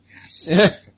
Yes